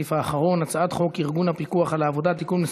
הסעיף האחרון: חוק ארגון הפיקוח על העבודה (תיקון מס'